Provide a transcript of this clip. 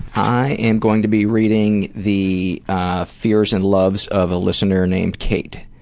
i am going to be reading the fears and loves of a listener named kate.